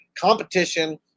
competition